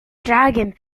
dragon